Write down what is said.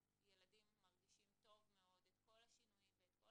הילדים מרגישים טוב מאוד את כל השינויים ואת כל